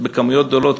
בכמויות גדולות,